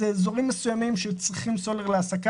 אז יש אזורים מסוימים שצריכים סולר להסקה.